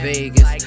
Vegas